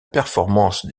performance